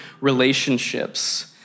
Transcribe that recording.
relationships